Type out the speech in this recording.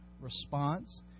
response